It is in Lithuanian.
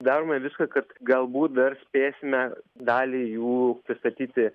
darome viską kad galbūt dar spėsime dalį jų pristatyti